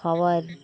খাবার